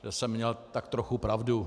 To jsem měl tak trochu pravdu.